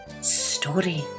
Story